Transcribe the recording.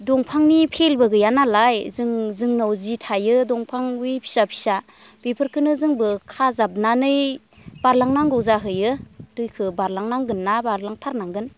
दंफांनि फेलबो गैया नालाय जों जोंनाव जि थायो दंफां बे फिसा फिसा बेफोरखोनो जोंबो खाजाबनानै बारलांनागौ जाहैयो दैखौ बारलांनांगोनना बारलांथारनांगोन